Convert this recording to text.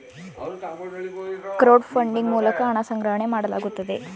crowd funding ಮೂಲಕ ಹಣ ಸಂಗ್ರಹಣೆ ಮಾಡಲಾಗುತ್ತದೆ